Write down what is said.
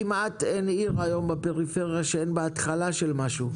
היום כמעט שאין עיר בפריפריה שאין בה התחלה של משהו.